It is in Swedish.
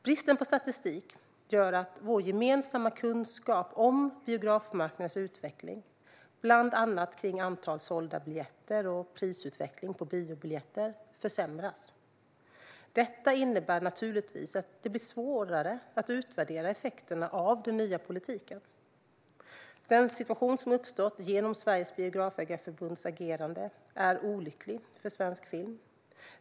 Bristen på statistik gör att vår gemensamma kunskap om biografmarknadens utveckling, bland annat om antal sålda biljetter och prisutveckling på biobiljetter, försämras. Detta innebär naturligtvis att det blir svårare att utvärdera effekterna av den nya politiken. Den situation som uppstått genom Sveriges Biografägareförbunds agerande är olycklig för svensk film.